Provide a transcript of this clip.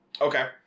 okay